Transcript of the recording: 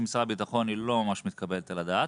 משרד הביטחון היא לא ממש מתקבלת על הדעת,